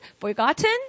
forgotten